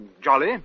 jolly